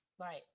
Right